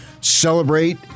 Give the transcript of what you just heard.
celebrate